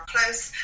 close